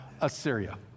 Assyria